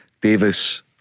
Davis